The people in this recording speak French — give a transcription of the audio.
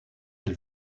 elle